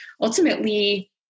ultimately